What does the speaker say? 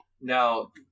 Now